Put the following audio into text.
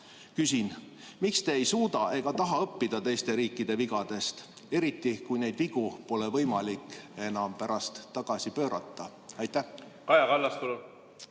Küsin: miks te ei suuda ega taha õppida teiste riikide vigadest, eriti kui neid vigu pole võimalik enam pärast tagasi pöörata? Kaja